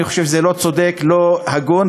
אני חושב שזה לא צודק ולא הגון,